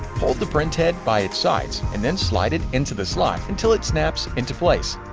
hold the printhead by its sides, and then slide it into the slot until it snaps into place.